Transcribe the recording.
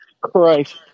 Christ